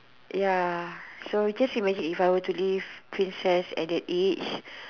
ya so just imagine if I were to live princess at that age